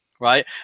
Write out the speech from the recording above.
Right